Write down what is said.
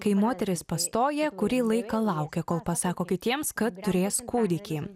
kai moteris pastoja kurį laiką laukia kol pasako kitiems kad turės kūdikį